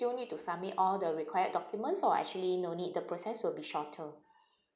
still need to submit all the required documents or actually no need the process will be shorter